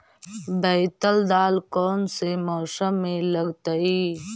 बैतल दाल कौन से मौसम में लगतैई?